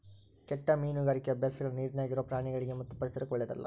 ಕೆಟ್ಟ ಮೀನುಗಾರಿಕಿ ಅಭ್ಯಾಸಗಳ ನೀರಿನ್ಯಾಗ ಇರೊ ಪ್ರಾಣಿಗಳಿಗಿ ಮತ್ತು ಪರಿಸರಕ್ಕ ಓಳ್ಳೆದಲ್ಲ